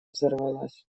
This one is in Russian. взорвалась